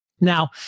Now